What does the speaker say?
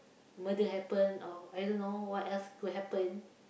murder happen or I don't know what else could happen